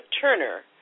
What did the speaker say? Turner